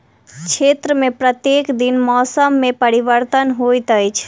क्षेत्र में प्रत्येक दिन मौसम में परिवर्तन होइत अछि